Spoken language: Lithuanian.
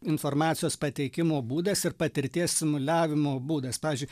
informacijos pateikimo būdas ir patirties simuliavimo būdas pavyzdžiui